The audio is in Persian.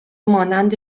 مانند